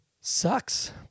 sucks